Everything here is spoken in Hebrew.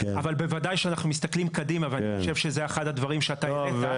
אבל בוודאי שאנחנו מסתכלים קדימה ואני חושב שזה אחד הדברים שאתה העלית.